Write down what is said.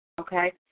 okay